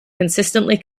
consistently